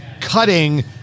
cutting